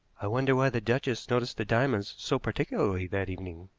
i wonder why the duchess noticed the diamonds so particularly that evening,